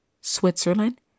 Switzerland